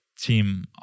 team